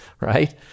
right